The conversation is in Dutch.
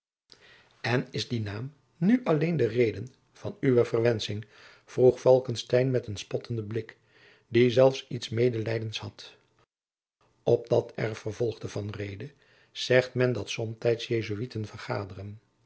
en is die naam nu alleen de reden van uwe verwensching vroeg falckestein met een spottenden blik die zelfs iets medelijdens had op dat erf vervolgde van reede zegt men dat somtijds jesuiten vergaderen